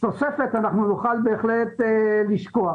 אנחנו בהחלט נשקע.